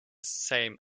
same